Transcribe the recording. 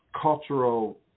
cultural